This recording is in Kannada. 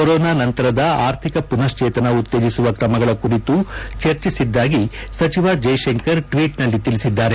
ಕೊರೊನಾ ನಂತರದ ಆರ್ಥಿಕ ಮನಶ್ಲೇತನ ಉತ್ತೇಜಸುವ ತ್ರಮಗಳ ಕುರಿತು ಚರ್ಚಿಸಿದ್ದಾಗಿ ಸಚಿವ ಜೈಶಂಕರ್ ಟ್ಲೇಟ್ನಲ್ಲಿ ತಿಳಿಸಿದ್ದಾರೆ